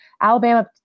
Alabama